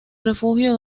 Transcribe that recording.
refugio